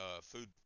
food